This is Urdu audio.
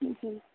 جی